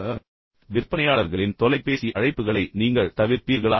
நம்மில் பெரும்பாலோர் செய்யும் விற்பனையாளர்களின் தொலைபேசி அழைப்புகளை நீங்கள் தவிர்ப்பீர்களா